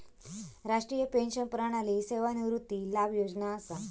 राष्ट्रीय पेंशन प्रणाली सेवानिवृत्ती लाभ योजना असा